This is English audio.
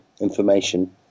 information